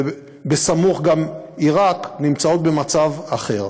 ובסמוך גם עיראק, נמצאות במצב אחר.